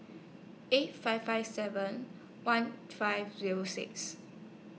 eight five five seven one five Zero six